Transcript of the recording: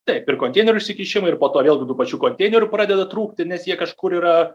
taip ir konteinerių užsikišimai ir po to vėlgi tų pačių konteinerių pradeda trūkti nes jie kažkur yra